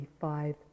five